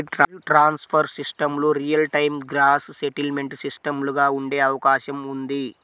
wire transfer సిస్టమ్లు real time gross settlement సిస్టమ్లుగా ఉండే అవకాశం ఉంది